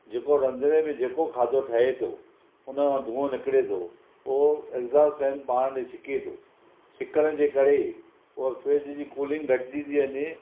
जेको रंधिणे में जेको खाधो ठहे थो हुन जो धूंओ निकिरे थो उहो एग्जॉस्ट फैन पाण ॾिए छिके थो छिकिण जे करे उह फिर्ज जी कूलिंग घटिजी थी वञे